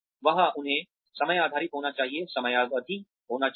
वहां उन्हें समय आधारित होना चाहिए समयावधि होनी चाहिए